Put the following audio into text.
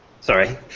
sorry